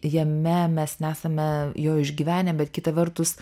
jame mes nesame jo išgyvenę bet kita vertus